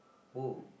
who